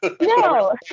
no